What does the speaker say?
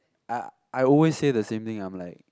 I I always say the same thing I'm like